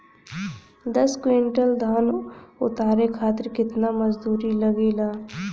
दस क्विंटल धान उतारे खातिर कितना मजदूरी लगे ला?